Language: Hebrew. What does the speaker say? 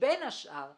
בין מניעת השלכת